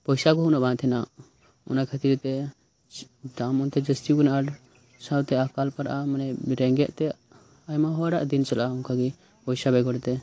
ᱯᱚᱭᱥᱟ ᱠᱚᱦᱚᱸ ᱩᱱᱟᱹᱜ ᱵᱟᱝ ᱛᱟᱦᱮᱱᱟ ᱚᱱᱟ ᱠᱷᱟᱛᱤᱨ ᱛᱮ ᱫᱟᱢ ᱚᱱᱛᱮ ᱡᱟᱥᱛᱤᱣ ᱠᱟᱱᱟ ᱥᱟᱶᱛᱮ ᱟᱠᱟᱞ ᱯᱟᱲᱟᱜᱼᱟ ᱢᱟᱱᱮ ᱨᱮᱸᱜᱮᱡ ᱛᱮ ᱟᱭᱢᱟ ᱦᱚᱲᱟᱜ ᱫᱤᱱ ᱪᱟᱞᱟᱜᱼᱟ ᱚᱝᱠᱟᱜᱮ ᱯᱚᱭᱥᱟ ᱵᱮᱜᱚᱨ ᱛᱮ